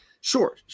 sure